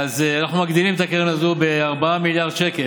אדוני היושב-ראש,